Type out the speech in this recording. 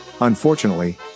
Unfortunately